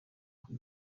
ako